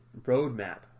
roadmap